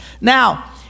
now